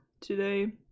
today